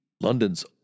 London's